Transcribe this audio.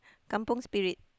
kampung Spirit